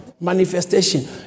manifestation